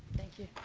thank you,